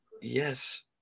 yes